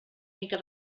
mica